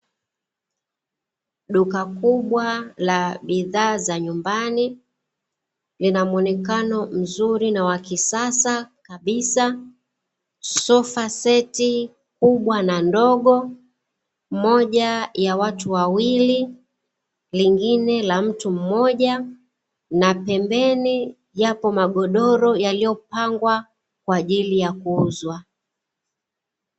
Duka kubwa la bidhaa za nyumbani, lina muonekano mzuri na wa kisasa kabisa. Sofa seti kubwa na ndogo; moja ya watu wawili, lingine la mtu mmoja na pembeni yapo magodoro yaliyopangwa kwa ajili ya kuuzwa.